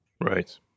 Right